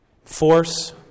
Force